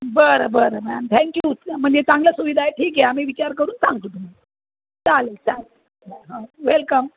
बरं बरं ma'am thank you म्हणजे चांगल्या सुविधा आहे ठीक आहे आम्ही विचार करून सांगतो तुमाला चालेल चालेल ह वेलकम